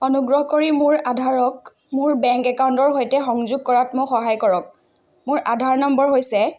অনুগ্ৰহ কৰি মোৰ আধাৰক মোৰ বেংক একাউণ্টৰ সৈতে সংযোগ কৰাত মোক সহায় কৰক মোৰ আধাৰ নম্বৰ হৈছে